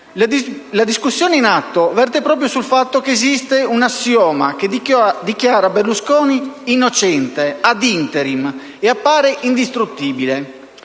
La discussione in atto verte proprio sul fatto che esiste un assioma che dichiara Berlusconi innocente *ad interim* e appare indistruttibile.